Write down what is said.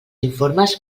informes